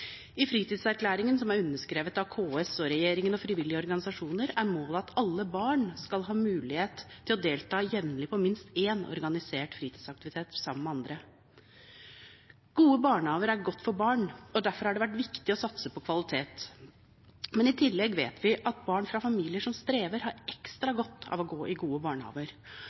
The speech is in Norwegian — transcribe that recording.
I Fritidserklæringen, som er underskrevet av KS, regjeringen og frivillige organisasjoner, er målet at alle barn skal ha mulighet til å delta jevnlig på minst én organisert fritidsaktivitet sammen med andre. Gode barnehager er godt for barn, og derfor har det vært viktig å satse på kvalitet, men i tillegg vet vi at barn fra familier som strever, har ekstra godt av å gå i gode barnehager.